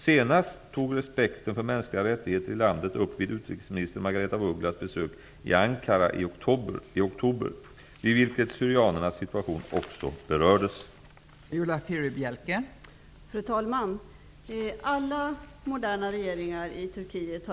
Senast togs respekten för mänskliga rättigheter i landet upp vid utrikesminister Margaretha af Ugglas besök i Ankara i oktober, vid vilket syrianernas situation också berördes. Då Berndt Ekholm, som framställt frågan, anmält att han var förhindrad att närvara vid sammanträdet, medgav talmannen att Viola